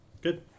Good